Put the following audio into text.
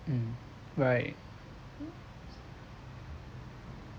mm right